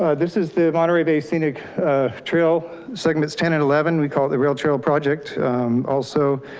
ah this is the monterey bay scenic trail segments ten and eleven. we call it the rail trail project also,